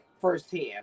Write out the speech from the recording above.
firsthand